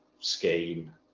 scheme